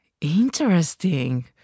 Interesting